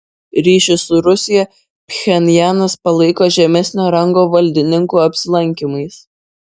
ryšį su rusija pchenjanas palaiko žemesnio rango valdininkų apsilankymais